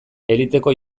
eliteko